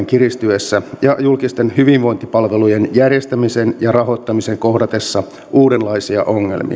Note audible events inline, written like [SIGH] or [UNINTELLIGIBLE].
[UNINTELLIGIBLE] kiristyessä ja julkisten hyvinvointipalvelujen järjestämisen ja rahoittamisen kohdatessa uudenlaisia